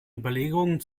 überlegungen